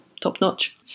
top-notch